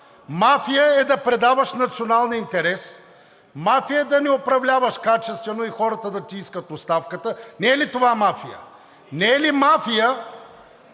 Мафия е да предаваш националния интерес, мафия е да не управляваш качествено и хората да ти искат оставката. Не е ли това мафия? Не е ли мафия